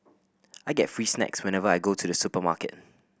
I get free snacks whenever I go to the supermarket